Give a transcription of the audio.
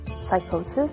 psychosis